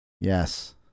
Yes